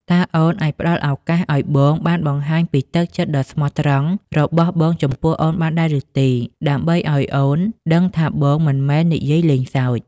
តើអូនអាចផ្តល់ឱកាសឱ្យបងបានបង្ហាញពីទឹកចិត្តដ៏ស្មោះត្រង់របស់បងចំពោះអូនបានដែរឬទេ ដើម្បីឱ្យអូនដឹងថាបងមិនមែននិយាយលេងសើច?